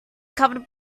covered